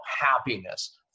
happiness